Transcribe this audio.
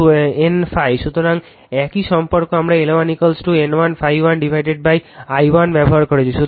সুতরাং একই সম্পর্ক আমরা L1 N 1 ∅1 i1 ব্যবহার করছি